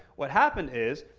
what happened is,